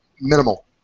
minimal